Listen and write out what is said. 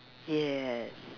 yes